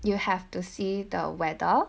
you have to see the weather